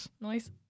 noise